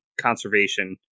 conservation